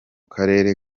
karere